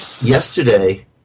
Yesterday